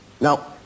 Now